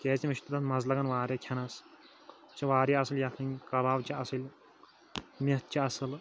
کیازکہِ مےٚ چھُ تَتھ مزٕ لگان واریاہ کھؠنَس سُہ چھُ واریاہ اَصل یَکھٕنۍ کَباب چھُ اَصِلۍ مؠتھ چھُ اَصل